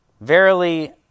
Verily